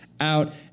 out